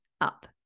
up